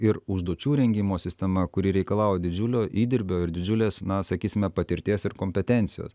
ir užduočių rengimo sistema kuri reikalauja didžiulio įdirbio ir didžiulės na sakysime patirties ir kompetencijos